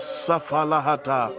safalahata